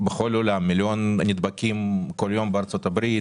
בכל העולם מיליון נדבקים בכל יום בארצות הברית